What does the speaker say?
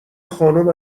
خانم